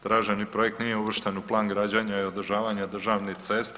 Traženi projekt nije uvršten u plan građenja i održavanja državnih cesta.